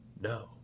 No